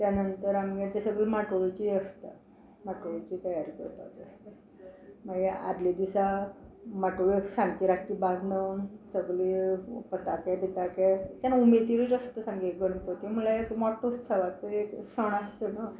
त्या नंतर आमगेर ते सगळी माटोळेची आसता माटोळेची तयार करपाची आसता मागीर आदले दिसा माटोळ्यो सांजची रातची बांदून सगले पताके बिताके तेन्ना उमेदीरूच आसता सामके गणपती म्हळ्यार एक मोटो उत्सवाचो एक सण आसता न्हू